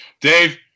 Dave